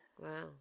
Wow